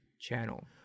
channel